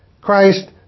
Christ